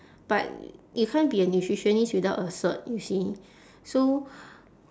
but you can't be a nutritionist without a cert you see so